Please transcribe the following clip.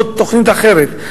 זאת תוכנית אחרת.